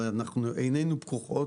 אבל עינינו פקוחות.